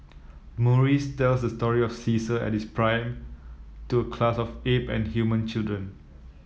Maurice's tells the story of Caesar at his prime to a class of ape and human children